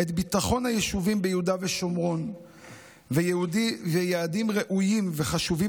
את ביטחון היישובים ביהודה ושומרון ויעדים ראויים וחשובים